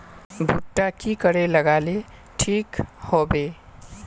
भुट्टा की करे लगा ले ठिक है बय?